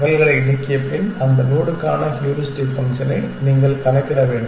நகல்களை நீக்கிய பின் அந்த நோடுக்கான ஹூரிஸ்டிக் ஃபங்க்ஷனை நீங்கள் கணக்கிட வேண்டும்